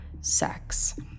sex